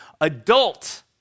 adult